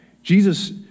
Jesus